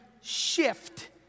shift